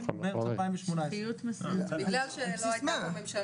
כן, מרץ 2018. על בסיס מה?